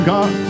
God